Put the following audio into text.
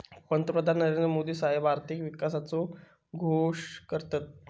पंतप्रधान नरेंद्र मोदी साहेब आर्थिक विकासाचो घोष करतत